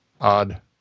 Odd